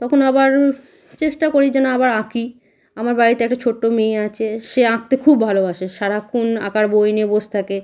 তখন আবার চেষ্টা করি যেন আবার আঁকি আমার বাড়িতে একটা ছোট্টো মেয়ে আছে সে আঁকতে খুব ভালোবাসে সারাক্ষণ আঁকার বই নিয়ে বসে থাকে